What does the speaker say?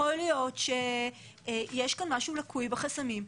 יכול להיות שיש כאן משהו לקוי בחסמים.